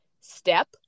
step